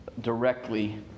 directly